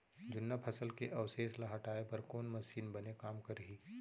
जुन्ना फसल के अवशेष ला हटाए बर कोन मशीन बने काम करही?